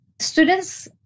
Students